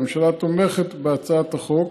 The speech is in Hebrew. הממשלה תומכת בהצעת החוק